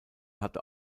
hatte